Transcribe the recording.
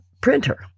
printer